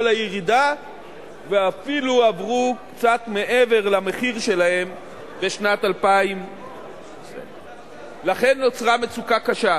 הירידה ואפילו עברו קצת מעבר למחיר שלהן בשנת 2000. לכן נוצרה מצוקה קשה.